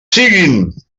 siguin